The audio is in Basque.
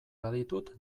baditut